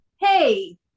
Hey